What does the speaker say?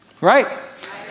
Right